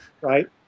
right